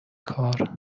کار